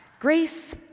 Grace